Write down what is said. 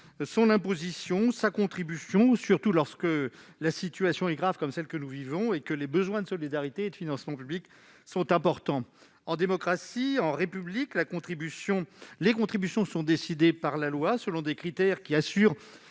son imposition, sa contribution, surtout lorsque la situation est aussi grave qu'aujourd'hui et que les besoins de solidarité et de financements publics sont aussi importants ? En démocratie, en république, les contributions sont fixées par la loi, suivant des critères assurant